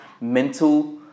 mental